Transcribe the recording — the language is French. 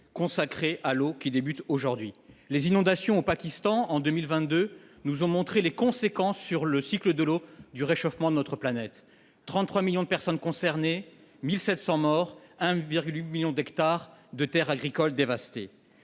consacrée à l'eau, qui débute aujourd'hui. Les inondations au Pakistan en 2022 nous ont montré les conséquences du réchauffement de notre planète sur le cycle de l'eau : 33 millions de personnes concernées, 1 700 morts, 1,8 million d'hectares de terres agricoles dévastées.